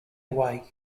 away